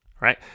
Right